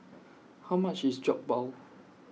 How much IS Jokbal